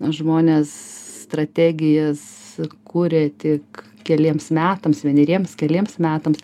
žmonės strategijas kuria tik keliems metams vieneriems keliems metams